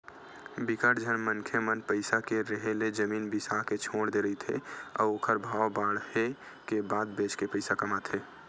बिकट झन मनखे मन पइसा के रेहे ले जमीन बिसा के छोड़ दे रहिथे अउ ओखर भाव बाड़हे के बाद बेच के पइसा कमाथे